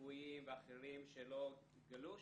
רפואיים ואחרים שלא התגלו,